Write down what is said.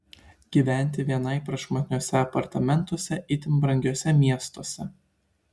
gyventi vienai prašmatniuose apartamentuose itin brangiuose miestuose